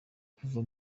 kuva